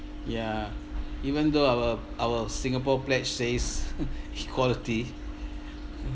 ya even though our our singapore pledge says equality